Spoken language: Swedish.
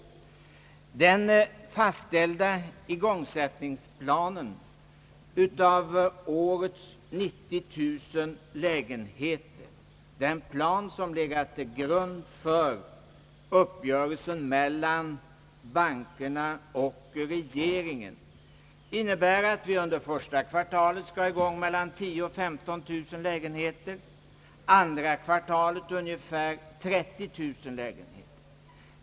Den fastställda igångsättningsplanen för årets 90000 lägenheter, den plan som legat till grund för uppgörelsen mellan bankerna och regeringen, innebär att vi un der första kvartalet skall sätta i gång med byggandet av 10 000—15 000 lägenheter, andra kvartalet ungefär 30 000 lägenheter.